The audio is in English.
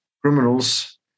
criminals